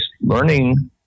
Learning